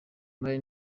nari